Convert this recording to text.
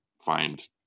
find